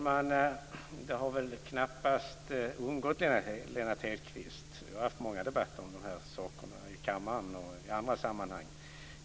Fru talman! Lennart Hedquist och jag har haft många debatter om det här i kammaren och i andra sammanhang.